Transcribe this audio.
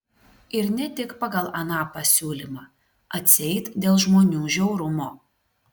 ir ne tik pagal aną pasiūlymą atseit dėl žmonių žiaurumo